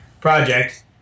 project